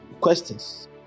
Questions